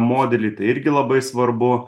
modelį tai irgi labai svarbu